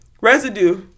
Residue